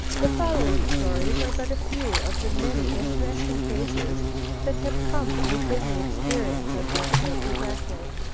the following stories are but a few of the many interesting cases that have come within the experience of this great detective.